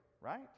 right